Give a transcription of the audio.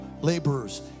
laborers